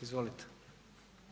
Izvolite.